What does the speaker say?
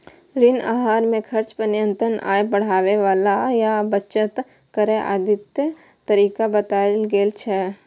ऋण आहार मे खर्च पर नियंत्रण, आय बढ़ाबै आ बचत करै आदिक तरीका बतायल गेल छै